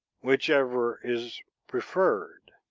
whichever is preferred.